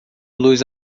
luz